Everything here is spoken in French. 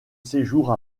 séjour